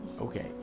Okay